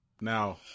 now